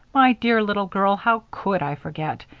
my dear little girl, how could i forget,